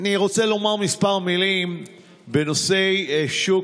אני רוצה לומר כמה מילים בנושא שוק